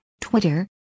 Twitter